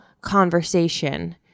conversation